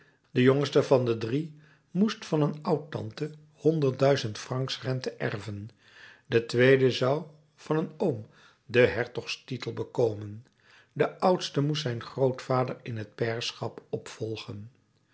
de jongste van de drie moest van een oudtante honderd duizend francs rente erven de tweede zou van een oom den hertogstitel bekomen de oudste moest zijn grootvader in het pairschap opvolgen